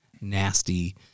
nasty